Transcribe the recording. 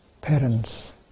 parents